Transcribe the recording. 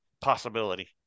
possibility